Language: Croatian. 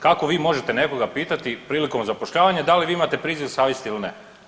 Kako vi možete nekoga pitati prilikom zapošljavanja da li vi imate priziv savjesti ili ne?